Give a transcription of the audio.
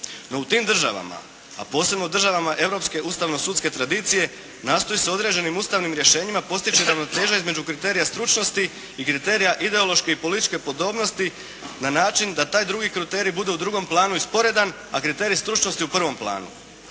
No u tim državama, a posebno državama europske ustavno sudske tradicije, nastoji se određenim ustavnim rješenjima postići ravnoteža između kriterija stručnosti i kriterija ideološke i političke podobnosti na način da taj drugi kriterij bude u drugom planu i sporedan, a kriterij stručnosti u prvom planu.